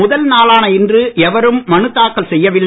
முதல் நாளான இன்று எவரும் மனு தாக்கல் செய்யவில்லை